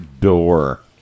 door